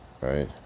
Right